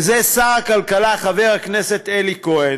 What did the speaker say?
שר הכלכלה חבר הכנסת אלי כהן.